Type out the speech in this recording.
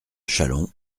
chalon